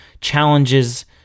challenges